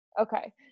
Okay